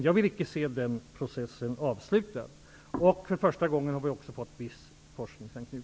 Jag vill icke betrakta den processen som avslutad. För första gången har vi också fått viss forskningsanknytning.